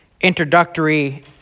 introductory